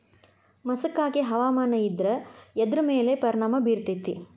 ಮಸಕಾಗಿ ಹವಾಮಾನ ಇದ್ರ ಎದ್ರ ಮೇಲೆ ಪರಿಣಾಮ ಬಿರತೇತಿ?